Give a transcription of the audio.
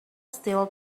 still